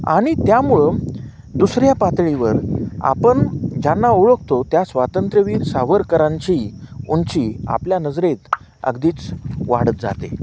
आणि त्यामुळं दुसऱ्या पातळीवर आपण ज्यांना ओळखतो त्या स्वातंत्र्यवीर सावरकरांची उंची आपल्या नजरेत अगदीच वाढत जाते